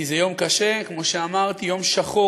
כי זה יום קשה, כמו שאמרתי, יום שחור.